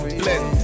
blend